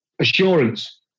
assurance